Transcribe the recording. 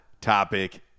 Topic